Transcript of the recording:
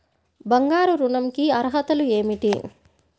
బంగారు ఋణం కి అర్హతలు ఏమిటీ?